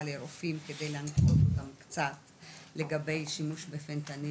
לרופאים כדי להנחות אותם קצת לגבי שימוש בפנטניל,